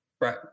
right